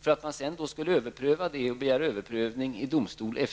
Sedan skulle man begära överprövning av det i domstolen.